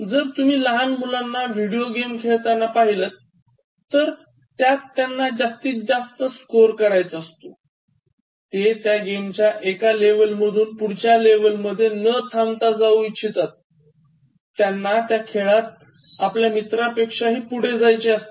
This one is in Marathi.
जर तुम्ही लहान मुलांना विडिओ गेम खेळताना पाहिलंत तर त्यात त्यांना जास्तीत जास्त स्कोर करायचा असतो ते त्या गेमच्या एक लेव्हल मधून पुढच्या लेव्हल मधेय न थांबता जाऊ इच्छितात त्यानं त्या खेळात आपल्या मित्रांपेक्षा खूप पुढे जायचे असते